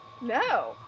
no